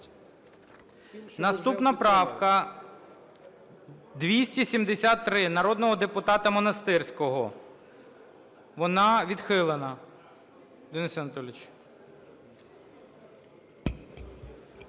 Наступна правка 273 народного депутата Монастирського. Вона відхилена. Денис Анатолійович.